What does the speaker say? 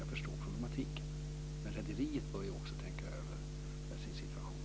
Jag förstår problemen, men rederiet bör också tänka över sin situation.